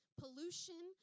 pollution